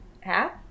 Half